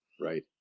right